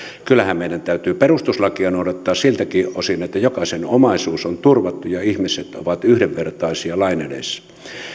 kyllähän meidän täytyy perustuslakia noudattaa siltäkin osin että jokaisen omaisuus on turvattu ja ihmiset ovat yhdenvertaisia lain edessä